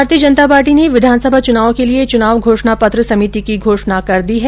भारतीय जनता पार्टी ने विधानसभा चुनाव के लिये चुनाव घोषणा पत्र समिति की घोषणा कर दी है